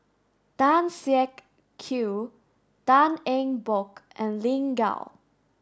Tan Siak Kew Tan Eng Bock and Lin Gao